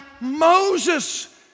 Moses